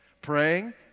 Praying